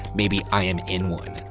maybe i am in one.